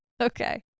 okay